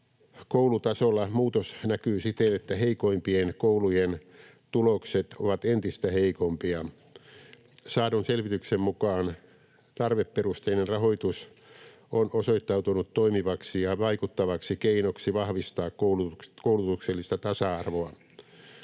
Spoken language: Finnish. Koulutasolla muutos näkyy siten, että heikoimpien koulujen tulokset ovat entistä heikompia. Saadun selvityksen mukaan tarveperusteinen rahoitus on osoittautunut toimivaksi ja vaikuttavaksi keinoksi vahvistaa koulutuksellista tasa-arvoa.